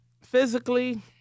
physically